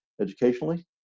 educationally